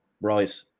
right